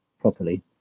properly